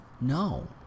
No